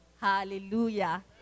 Hallelujah